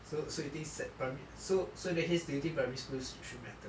so so you think sec primary so so in that case do you think primary schools matter